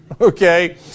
Okay